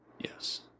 Yes